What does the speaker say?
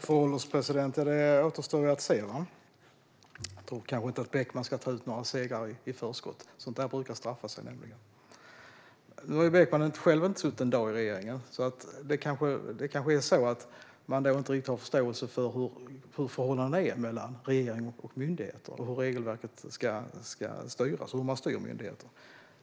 Fru ålderspresident! Det återstår ju att se; jag tror kanske inte att Beckman ska ta ut några segrar i förskott. Sådant brukar nämligen straffa sig. Nu har ju Beckman själv inte suttit en dag i regeringen. Då kanske det är så att man inte riktigt har förståelse för hur förhållandena ser ut mellan regering och myndigheter, hur regelverket ser ut och hur man styr myndigheter.